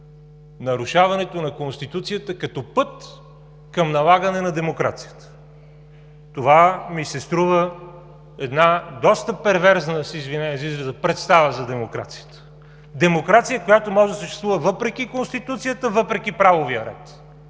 нарушаването на Конституцията като път към налагане на демокрацията. Това ми се струва една доста перверзна, с извинение за израза, представа за демокрацията – демокрация, която може да съществува въпреки Конституцията, въпреки правовия ред!